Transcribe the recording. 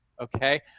okay